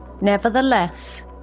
Nevertheless